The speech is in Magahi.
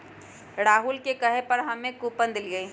राहुल के कहे पर हम्मे कूपन देलीयी